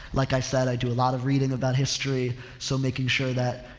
like i said, i do a lot of reading about history so making sure that,